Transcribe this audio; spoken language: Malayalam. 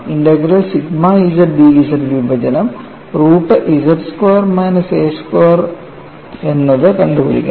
integral sigma z d z വിഭജനം root z square minus a square എന്നത് കണ്ടുപിടിക്കണം